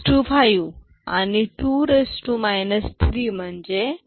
0625 आणि 2 3 म्हणजे 0